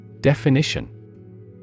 Definition